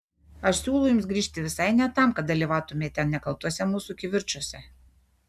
aš siūlau jums grįžti visai ne tam kad dalyvautumėte nekaltuose mūsų kivirčuose